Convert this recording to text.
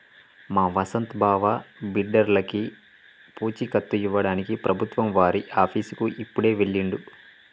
మా వసంత్ బావ బిడ్డర్లకి పూచీకత్తు ఇవ్వడానికి ప్రభుత్వం వారి ఆఫీసుకి ఇప్పుడే వెళ్ళిండు